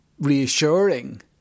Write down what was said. reassuring